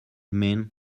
mean